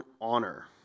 honor